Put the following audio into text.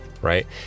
right